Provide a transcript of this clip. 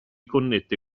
connette